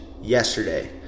yesterday